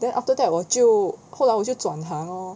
then after that 我就后来我就转行 lor